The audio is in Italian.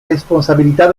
responsabilità